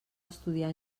estudiar